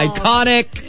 Iconic